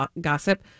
gossip